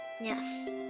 yes